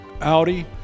Audi